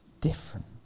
different